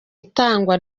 itangwa